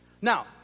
Now